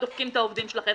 ודופקים את העובדים שלכם.